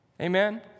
Amen